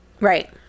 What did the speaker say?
Right